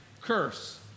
curse